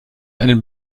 einen